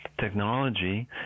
technology